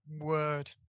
Word